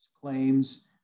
claims